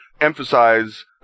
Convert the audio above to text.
emphasize